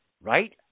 right